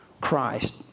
Christ